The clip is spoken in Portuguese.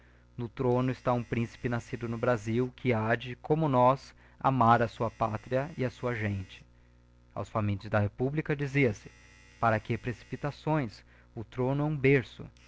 no throno está um príncipe nascido no brasil que hade como nós amar a sua pátria e a sua gente aos famintos da republica dizia-se para que precipitações o throno é um berço